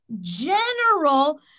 general